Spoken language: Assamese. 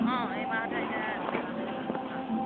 অঁ এই মাহঁতে এতিয়া যাম বুলি ভাবিছোঁ আৰু